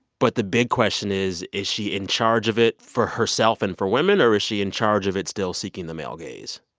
but the big question is, is she in charge of it for herself and for women, or is she in charge of it still seeking the male gaze?